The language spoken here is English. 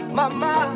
mama